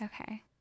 Okay